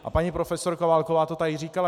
A paní profesorka Válková to tady říkala.